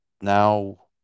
now